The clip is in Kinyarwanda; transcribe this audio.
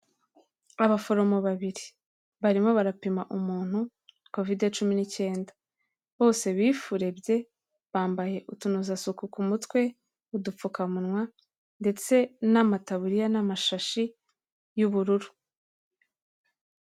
abaforomo babiri barimo barapima umuntu covide cumi n'icyenda, bose bifurebye bambaye utunozasuku ku mutwe n'udupfukamunwa ndetse n'amatabuririya n'amashashi y'ubururu.